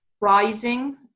rising